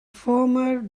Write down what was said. former